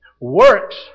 works